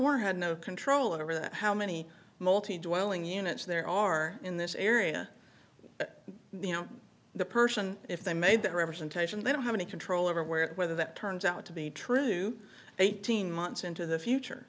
werner had no control over that how many multi do welling units there are in this area you know the person if they made the representation they don't have any control over where whether that turns out to be true eighteen months into the future